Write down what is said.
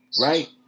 right